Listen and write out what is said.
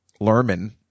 Lerman